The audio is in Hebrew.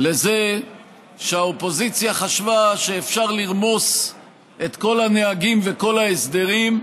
לזה שהאופוזיציה חשבה שאפשר לרמוס את כל הנוהגים וכל ההסדרים,